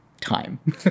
time